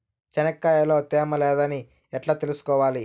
చెనక్కాయ లో తేమ లేదని ఎట్లా తెలుసుకోవాలి?